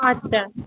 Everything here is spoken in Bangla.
আচ্ছা